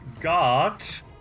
got